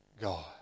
God